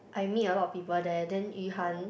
I meet a lot of people there then Yu-Han